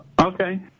Okay